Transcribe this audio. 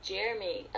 Jeremy